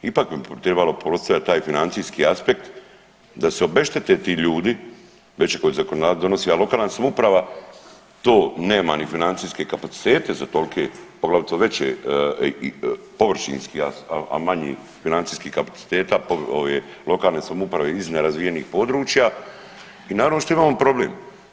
Ipak bi trebalo postojati taj financijski aspekt da se obeštete ti ljudi već ako zakonodavac donosi, a lokalna samouprava to nema ni financijske kapacitete za tolike poglavito veće površinski, a manji financijskih kapaciteta ove lokalne samouprave iz nerazvijenih područja i naravno što imamo problem.